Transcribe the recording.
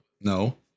no